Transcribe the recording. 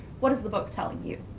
what is the book telling you?